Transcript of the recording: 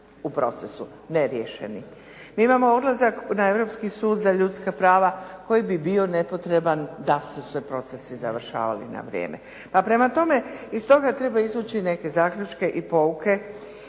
u procesu neriješeni. Mi imamo odlazak na Europski sud za ljudska prava koji bi bio nepotreban da su se procesi završavali na vrijeme. Pa prema tome, iz toga treba izvući neke zaključke i pouke